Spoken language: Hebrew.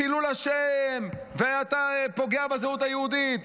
חילול השם, ואתה פוגע בזהות היהודית.